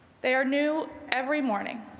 they are new every morning.